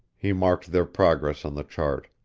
he marked their progress on the chart.